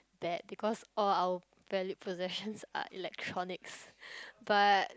bad because all our valued possessions are electronics but